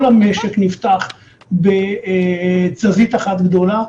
כל המשק נפתח בתזזית אחת גדולה.